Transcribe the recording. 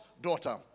daughter